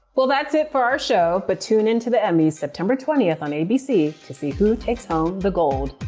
well that's it for our show, but tune into the emmys september twentieth on abc to see who takes home the gold.